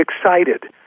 excited